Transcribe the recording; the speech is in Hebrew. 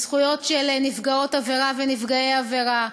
בזכויות של נפגעות עבירה ונפגעי עבירה,